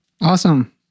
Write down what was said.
Awesome